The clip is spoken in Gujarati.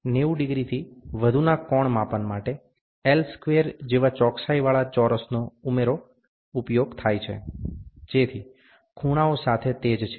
90 ડિગ્રીથી વધુના કોણના માપન માટે L સ્ક્વેર જેવા ચોકસાઇવાળા ચોરસનો ઉપયોગ થાય છે જેથી ખૂણાઓ સાથે તે જ છે